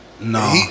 No